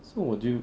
so 我就